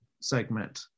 segment